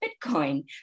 Bitcoin